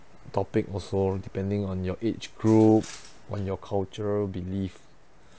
topic also depending on your age group what your cultural belief